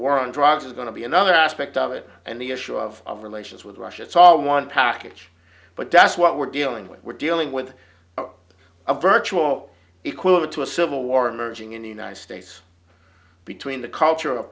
war on drugs is going to be another aspect of it and the issue of relations with russia it's all one package but that's what we're dealing with we're dealing with a virtual equivalent to a civil war emerging in the united states between the culture of